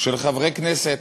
של חברי כנסת.